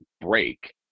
break